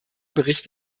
bericht